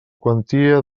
quantia